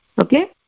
Okay